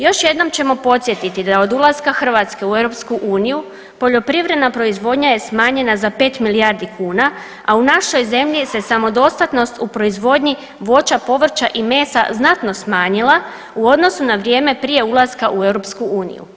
Još jednom ćemo podsjetiti da je od ulaska Hrvatske u EU poljoprivredna proizvodnja je smanjena za 5 milijardi kuna, a u našoj zemlji se samodostatnost u proizvodnji voća, povrća i mesa znatno smanjila u odnosu na vrijeme prije ulaska u EU.